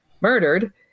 murdered